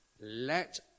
let